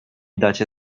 dacie